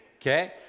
okay